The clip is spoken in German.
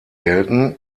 gelten